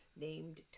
named